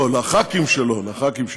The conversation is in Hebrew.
לא, לח"כים שלו, לח"כים שלו.